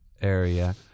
area